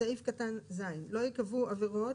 (ז) לא ייקבעו עבירות,